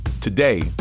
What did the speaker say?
Today